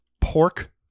pork